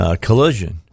Collision